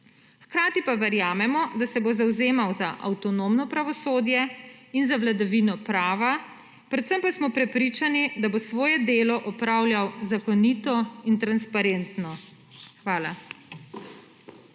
Hkrati pa verjamemo, da se bo zavzemal za avtonomno pravosodje in za vladavino prava, predvsem pa smo prepričani, da bo svoje delo opravljal zakonito in transparentno. Hvala.